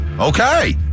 Okay